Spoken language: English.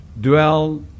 dwell